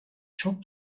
çok